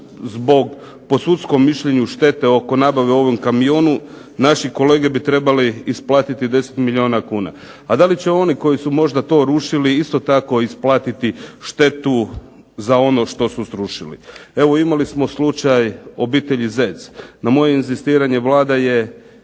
zbog po sudskom mišljenju štete oko nabave ovog kamiona. Naše kolege bi trebale isplatiti 10 milijuna kuna. A da li će oni koji su to možda rušili isto tako isplatiti štetu za ono što su srušili. Evo imali smo slučaj obitelji Zec. Na moje inzistiranje Vlada je